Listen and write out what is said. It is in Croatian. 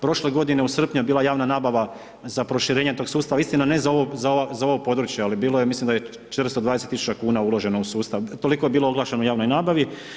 Prošle godine u srpnju je bila javna nabava za proširenje tog sustava, istina ne za ovo područje, ali bilo je, mislim da je 420 tisuća kuna uloženo u sustav, toliko je bilo oglašeno u javnoj nabavi.